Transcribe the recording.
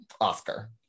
Oscar